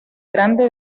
grande